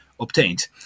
Obtained